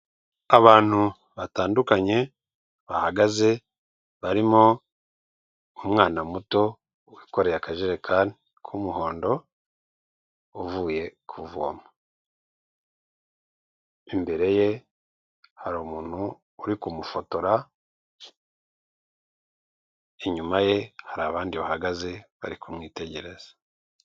Abantu batandukanye bahagaze barimo umwana muto wikoreye akajerekani k'umuhondo uvuye kuvoma, imbere ye hari umuntu uri kumufotora, inyuma ye hari abandi bahagaze bari kumwitegereza.